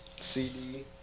cd